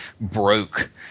broke